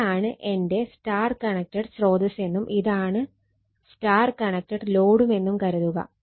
ഇതാണ് എന്റെ Y connected സ്രോതസ്സെന്നും ഇതാണ് Y കണക്റ്റഡ് ലോഡുമെന്നും കരുതുക